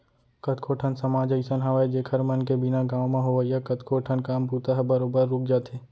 कतको ठन समाज अइसन हावय जेखर मन के बिना गाँव म होवइया कतको ठन काम बूता ह बरोबर रुक जाथे